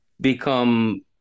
become